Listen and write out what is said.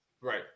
Right